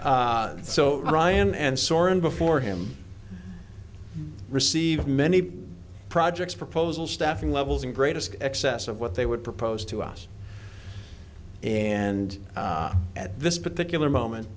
seat so ryan and soren before him receive many projects proposals staffing levels and greatest excess of what they would proposed to us and at this particular moment